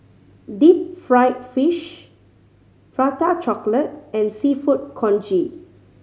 deep fried fish Prata Chocolate and Seafood Congee